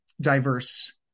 diverse